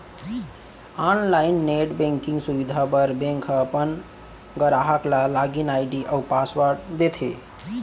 online net banking सुबिधा बर bank ह अपन गराहक ल लॉगिन आईडी अउ पासवर्ड देथे